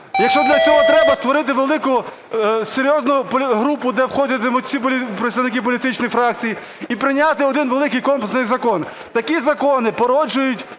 Якщо для цього треба створити велику, серйозну групу, де входитимуть всі представники політичних фракцій, і прийняти один великий, комплексний закон. Такі закони породжують